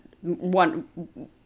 one